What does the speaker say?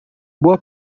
boa